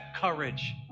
courage